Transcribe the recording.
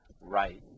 Right